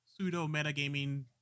pseudo-metagaming